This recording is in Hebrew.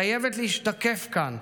חייבת להשתקף כאן,